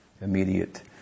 Immediate